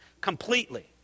Completely